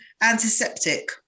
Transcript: antiseptic